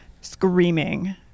screaming